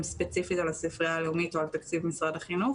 ספציפית על הספרייה הלאומית ועל תקציב משרד החינוך,